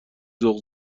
ذوق